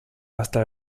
hasta